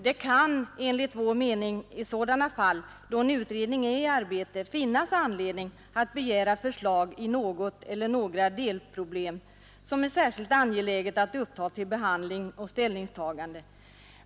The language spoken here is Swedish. Det kan enligt vår mening i sådana fall då en utredning är i arbete finnas anledning att begära förslag i något eller några delproblem, som det är särskilt angeläget att uppta till behandling för ett ställningstagande.